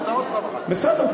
בסדר,